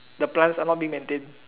the plants are not being maintained